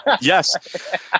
Yes